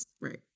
Right